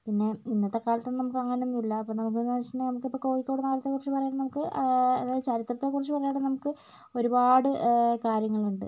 പിന്നെ ഇന്നത്തെക്കാലത്ത് നമുക്ക് അങ്ങനൊന്നും ഇല്ല അപ്പം നമുക്കെന്ന് വെച്ചിട്ടുണ്ടെങ്കിൽ നമുക്കിപ്പോൾ കോഴിക്കോട് നഗരത്തെക്കുറിച്ച് പറയുകയാണെങ്കിൽ നമുക്ക് അതായത് ചരിത്രത്തെ കുറിച്ച് പറയുകയാണെങ്കിൽ നമുക്ക് ഒരുപാട് കാര്യങ്ങളുണ്ട്